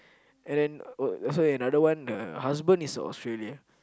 and then uh so another one the husband is Australia